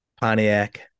Pontiac